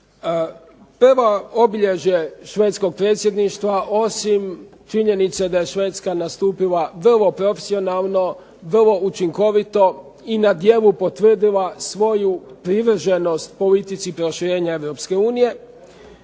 Prvo obilježje švedskog predsjedništva, osim činjenice da je Švedska nastupila vrlo profesionalno, vrlo učinkovito i na djelu potvrdila svoju privrženost politici proširenja